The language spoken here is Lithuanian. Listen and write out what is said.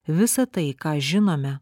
visa tai ką žinome